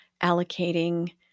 allocating